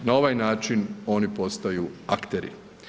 Na ovaj način oni postaju akteri.